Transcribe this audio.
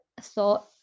thought